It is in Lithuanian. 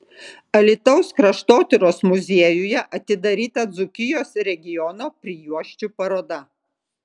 alytaus kraštotyros muziejuje atidaryta dzūkijos regiono prijuosčių paroda